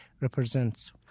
represents